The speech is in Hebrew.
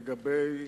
לגבי